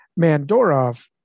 Mandorov